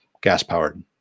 gas-powered